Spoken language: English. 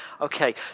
Okay